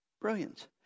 brilliant